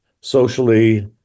socially